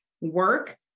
work